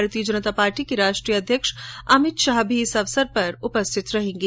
भारतीय जनता पार्टी के राष्ट्रीय अध्यक्ष अमित शाह भी इस अवसर पर मौजूद रहेगे